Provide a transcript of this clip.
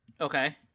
Okay